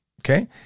Okay